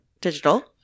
Digital